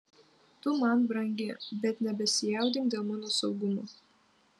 tu man brangi bet nebesijaudink dėl mano saugumo